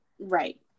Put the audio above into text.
Right